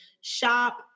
shop